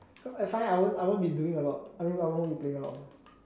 cause I find out I won't I won't be doing a lot I mean I won't be playing a lot